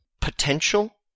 potential